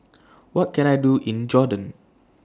What Can I Do in Jordan